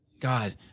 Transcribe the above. god